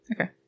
Okay